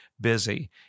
busy